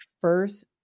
first